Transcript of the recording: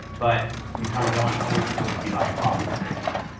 but you kind of want other people to be buying coffee with bitcoin,